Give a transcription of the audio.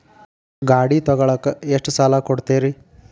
ಗಾಡಿ ತಗೋಳಾಕ್ ಎಷ್ಟ ಸಾಲ ಕೊಡ್ತೇರಿ?